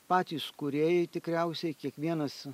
patys kūrėjai tikriausiai kiekvienas